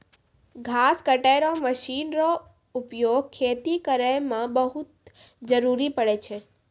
घास कटै रो मशीन रो उपयोग खेती करै मे बहुत जरुरी पड़ै छै